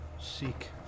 seek